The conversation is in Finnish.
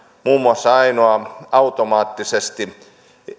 muun muassa ainoa automaattisesti